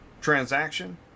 transaction